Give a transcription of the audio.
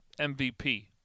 MVP